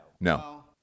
No